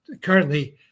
currently